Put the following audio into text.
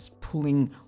pulling